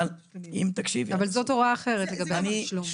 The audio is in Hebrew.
זאת הוראה אחרת לגבי התשלום.